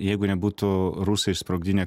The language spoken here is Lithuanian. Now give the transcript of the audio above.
jeigu nebūtų rusai išsprogdinę